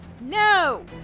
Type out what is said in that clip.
No